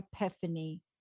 epiphany